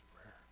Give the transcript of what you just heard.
prayer